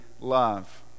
love